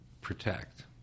protect